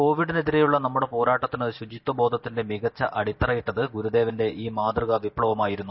കോവിഡിനു എതിരെയുള്ള നമ്മുടെ പോരാട്ടത്തിനു ശുചിത്വബോധത്തിന്റെ മികച്ച അടിത്തറയിട്ടത് ഗുരുദേവന്റെ ഈ മാതൃകാ വിപ്ലവമായിരുന്നു